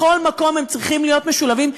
בכל מקום הם צריכים להיות משולבים.